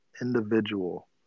individual